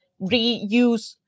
reuse